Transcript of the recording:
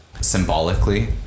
symbolically